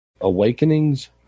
Awakenings